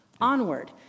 Onward